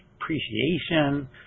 appreciation